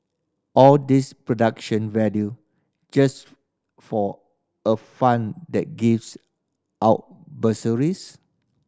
all this production value just for a fund that gives out bursaries